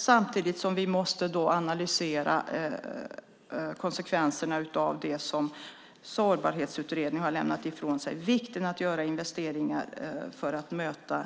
Samtidigt måste vi analysera konsekvenserna av det som Klimat och sårbarhetsutredningen lämnat ifrån sig - detta med vikten av att göra investeringar för att möta